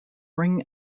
ring